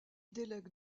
délègue